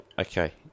okay